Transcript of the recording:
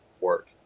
work